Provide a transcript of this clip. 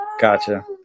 Gotcha